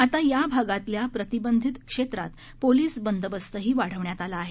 आता या भागातल्या प्रतिबंधित क्षेत्रात पोलीस बंदोबस्तही वाढवण्यात आला आहे